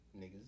niggas